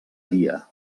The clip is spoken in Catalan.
dia